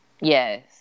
Yes